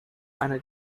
eine